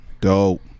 Dope